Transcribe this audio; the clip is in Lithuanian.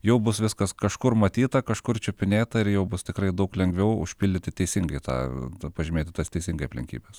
jau bus viskas kažkur matyta kažkur čiupinėta ir jau bus tikrai daug lengviau užpildyti teisingai tą pažymėti tas teisingai aplinkybes